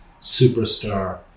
superstar